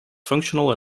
functional